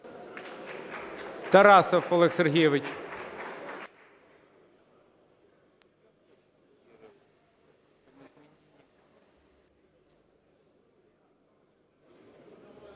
Тарасов Олег Сергійович.